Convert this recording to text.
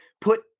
put